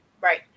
right